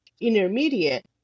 intermediate